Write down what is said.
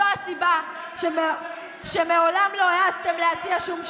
זו הסיבה שמעולם לא העזתם להציע שום שינוי.